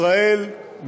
ישראל,